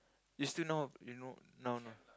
you still know how to you know now no